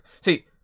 See